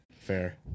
fair